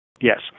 Yes